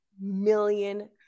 million